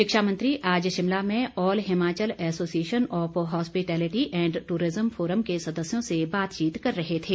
शिक्षामंत्री आज शिमला में all Himachal association of hospitality and tourism forum के सदस्यों से बातचीत कर रहे थे